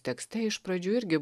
tekste iš pradžių irgi